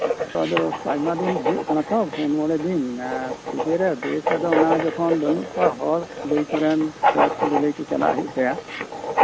ᱛᱳ ᱟᱭᱢᱟ ᱫᱤᱱ ᱦᱩᱭᱩᱜ ᱠᱟᱱᱟ ᱛᱚ ᱯᱩᱱ ᱢᱚᱬᱮ ᱫᱤᱱ ᱵᱮᱥ ᱟᱫᱚ ᱚᱱᱟ ᱡᱚᱠᱷᱚᱱ ᱵᱟᱹᱱᱩᱜ ᱠᱚᱣᱟ ᱦᱚᱲ ᱞᱟᱹᱭ ᱠᱚᱨᱮᱱ ᱯᱮᱲᱟ ᱠᱚ ᱞᱟᱹᱞᱟᱹᱭ ᱪᱟᱞᱟᱜ ᱦᱩᱭᱩᱜ ᱛᱟᱭᱟ